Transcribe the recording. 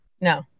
No